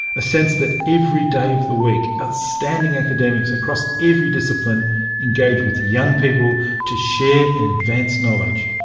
a sense that every day of the week, outstanding academics across every discipline engage with young people to share and advance knowledge.